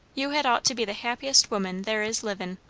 you had ought to be the happiest woman there is livin'.